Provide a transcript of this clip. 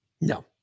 No